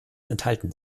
enthalten